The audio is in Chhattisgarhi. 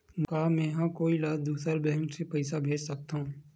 का मेंहा कोई ला दूसर बैंक से पैसा भेज सकथव?